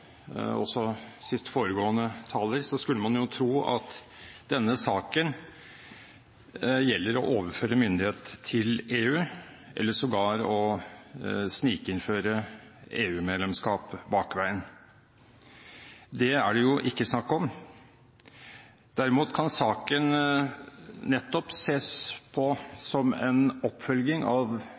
også foregående taler, gjelder denne saken å overføre myndighet til EU, eller sågar å snikinnføre EU-medlemskap bakveien. Det er det jo ikke snakk om. Derimot kan saken nettopp ses på som en oppfølging av